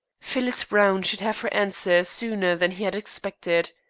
phyllis browne should have her answer sooner than he had expected.